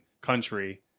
country